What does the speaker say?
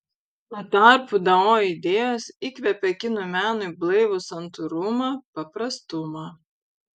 tuo tarpu dao idėjos įkvepia kinų menui blaivų santūrumą paprastumą